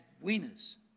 winners